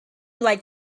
like